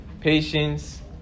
patience